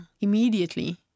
immediately